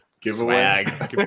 giveaway